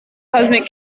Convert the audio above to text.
cosmic